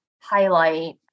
highlight